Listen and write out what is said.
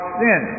sin